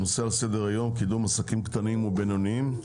הנושא על סדר-היום: קידום עסקים קטנים ובינוניים.